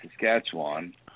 Saskatchewan